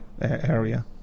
area